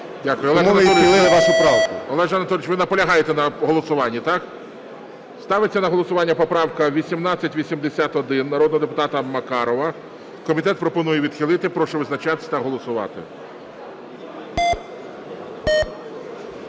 Олеже Анатолійовичу, ви наполягаєте на голосуванні, так? Ставиться на голосування поправка 1881 народного депутата Макарова, комітет пропонує відхилити. Прошу визначатися та голосувати.